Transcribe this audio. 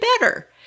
better